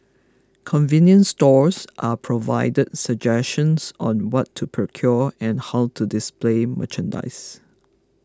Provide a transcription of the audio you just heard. convenience stores are provided suggestions on what to procure and how to display merchandise